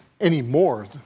anymore